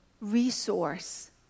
resource